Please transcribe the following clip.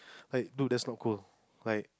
like dude that's not cool like